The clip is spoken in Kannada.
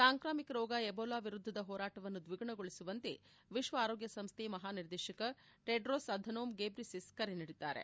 ಸಾಂಕ್ರಾಮಿಕ ರೋಗ ಎಬೋಲಾ ವಿರುದ್ದದ ಹೋರಾಟವನ್ನು ದ್ಲಿಗುಣಗೊಳಿಸುವಂತೆ ವಿಶ್ಲ ಆರೋಗ್ಯ ಸಂಸ್ಥೆ ಮಹಾ ನಿರ್ದೇಶಕ ಟೆಡ್ರೋಸ್ ಅಧನೋಮ್ ಗೇಬ್ರಿಸಿಸ್ ಕರೆ ನೀಡಿದ್ದಾರೆ